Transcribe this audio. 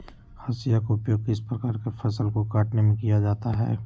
हाशिया का उपयोग किस प्रकार के फसल को कटने में किया जाता है?